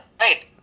right